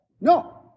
No